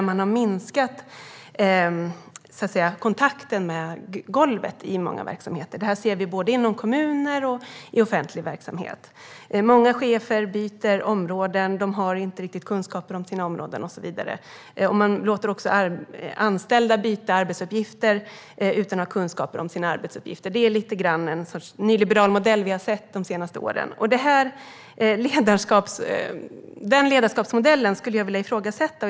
Man har minskat kontakten med golvet i många verksamheter. Detta ser vi både inom kommuner och i offentlig verksamhet. Många chefer byter områden och har inte riktigt kunskaper om sina områden och så vidare. Man låter också anställda byta arbetsuppgifter utan att de har rätt kunskaper. Det är lite grann ett slags nyliberal modell vi har sett de senaste åren. Denna ledarskapsmodell skulle jag vilja ifrågasätta.